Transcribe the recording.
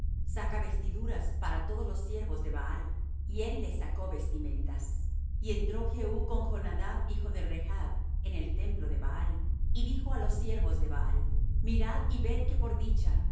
saca vestiduras para todos lo siervos de baal y él les sacó vestimentas y entró jehú con jonadab hijo de rechb en el templo de baal y dijo á los siervos de baal mirad y ved que por dicha